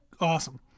Awesome